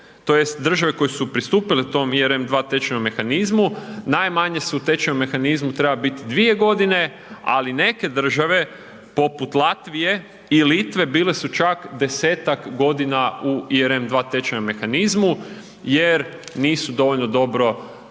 države koje su pristupile tom ERM II tečajnom mehanizmu, najmanje su u tečajnom mehanizmu treba biti 2 godine, ali neke države poput Latvije i Litve bile su čak 10-tak godina u ERM II tečajnom mehanizmu jer nisu dovoljno dobro